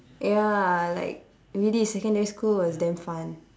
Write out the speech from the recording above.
ya like really secondary school was damn fun